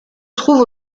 trouve